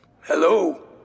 Hello